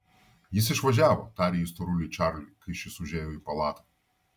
jis išvažiavo tarė ji storuliui čarliui kai šis užėjo į palatą